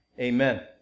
Amen